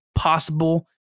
possible